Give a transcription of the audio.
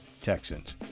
Texans